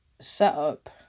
setup